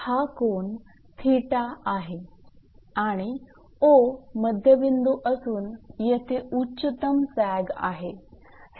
हा कोन 𝜃 आहे आणि 𝑂 मध्यबिंदू असून येथे उच्चतम सॅग आहे